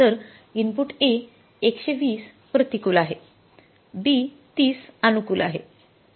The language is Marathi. तर इनपुट A 120 प्रतिकूल आहेB 30 अनुकूल आहे